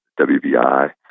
WBI